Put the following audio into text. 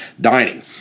dining